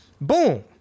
Boom